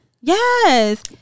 Yes